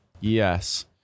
Yes